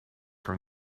from